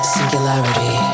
Singularity